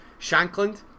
Shankland